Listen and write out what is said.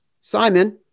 Simon